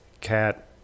cat